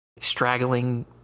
straggling